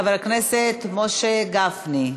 חבר הכנסת משה גפני.